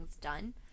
done